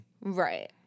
Right